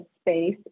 space